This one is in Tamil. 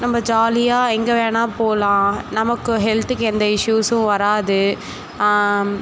நம்ம ஜாலியாக எங்கே வேணால் போகலாம் நமக்கு ஹெல்த்துக்கு எந்த இஷ்யூஸும் வராது